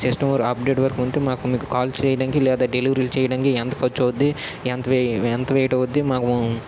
system వర్ update work ఉంటే మాకు మీకు కాల్ చేయడానికి లేదా డెలివరీలు చేయడానికి ఎంత ఖర్చు అవుతుంది ఎంత వై ఎంత వెయిట్ అవుతుంది మాకు